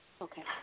Okay